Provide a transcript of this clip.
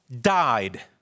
died